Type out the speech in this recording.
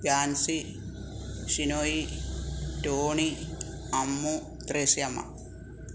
Jancy Shinoy Tony Ammu Thresiamma